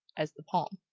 as the palm.